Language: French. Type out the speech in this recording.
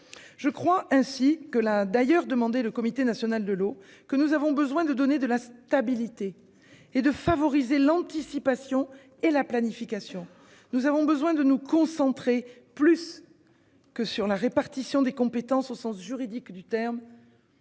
semble, ainsi que l'a d'ailleurs demandé le Comité national de l'eau, que nous avons besoin de donner de la stabilité et de favoriser l'anticipation et la planification. Pour cela, il nous faut nous concentrer, plus que sur la répartition des compétences au sens juridique du terme,